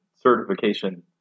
certification